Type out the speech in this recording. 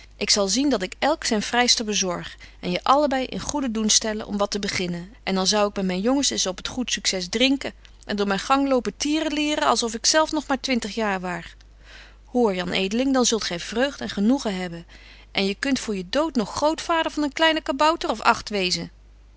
ik zal zien dat ik elk zyn vryster bezorg en je allebei in goeden doen stellen om wat te beginnen en dan zou ik met myn jongens eens op t goed succes drinken en door myn gang lopen tierelieren als of ik zelf nog maar twintig jaar waar hoor jan edeling dan zult gy vreugd en genoegen hebben en je kunt voor je dood nog grootvader van een kleine kabauter of agt wezen